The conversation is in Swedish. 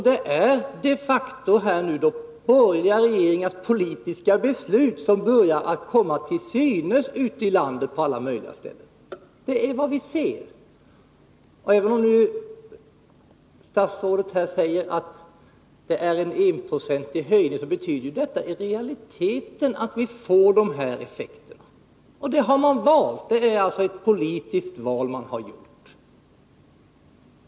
Det är de facto så att det är regeringens politiska beslut som börjar komma till synes på alla möjliga ställen ute i landet. Även om statsrådet här säger att det bara rör sig om 1 96, betyder det ändå i realiteten att vi får de effekter som jag nämnde. Och det har man valt. Det är alltså ett politiskt val som man har gjort.